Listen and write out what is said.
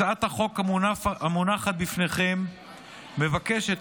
הצעת החוק המונחת בפניכם מבקשת,